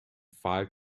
five